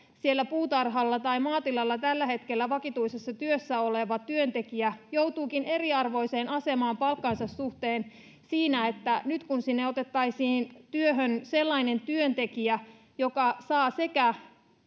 siellä puutarhalla tai maatilalla tällä hetkellä vakituisessa työssä oleva työntekijä joutuukin eriarvoiseen asemaan palkkansa suhteen siinä että nyt sinne otettaisiin työhön sellainen työntekijä joka saisi sekä